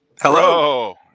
Hello